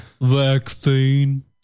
Vaccine